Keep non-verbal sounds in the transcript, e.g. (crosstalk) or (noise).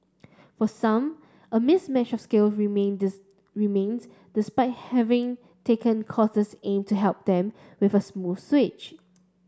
for some a mismatch of skills remain (unintelligible) remains despite having taken courses aimed at helping them make a smooth switch